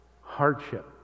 hardship